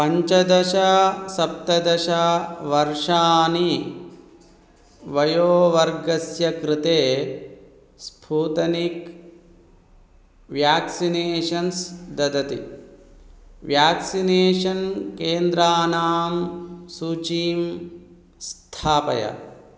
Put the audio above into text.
पञ्चदशतः सप्तदशावर्षाणि वयोवर्गस्य कृते स्फूतनिक् व्याक्सिनेषन्स् ददति व्याक्सिनेषन् केन्द्राणां सूचीं स्थापय